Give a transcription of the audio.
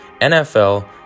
NFL